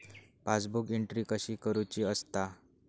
Passbook entry कशी करुची असता?